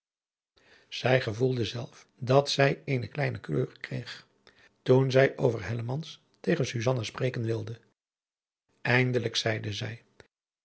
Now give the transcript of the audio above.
zij gevoelde zelf dat zij eene kleine kleur kreeg toen adriaan loosjes pzn het leven van hillegonda buisman zij over hellemans tegen susanna spreken wilde eindelijk zeide zij